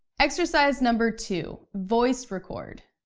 exercise number two, voice record.